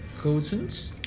cousins